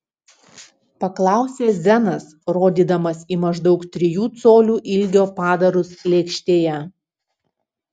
paklausė zenas rodydamas į maždaug trijų colių ilgio padarus lėkštėje